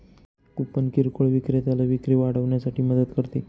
coupon किरकोळ विक्रेत्याला विक्री वाढवण्यासाठी मदत करते